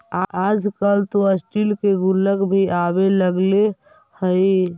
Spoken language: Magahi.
आजकल तो स्टील के गुल्लक भी आवे लगले हइ